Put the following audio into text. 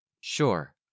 Sure